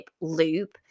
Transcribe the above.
loop